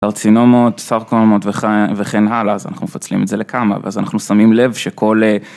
קרצינומות, סארקונומות וכן הלאה, אז אנחנו מפצלים את זה לכמה, ואז אנחנו שמים לב שכל...